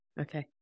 Okay